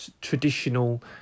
traditional